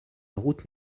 route